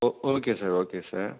O okay sir okay sir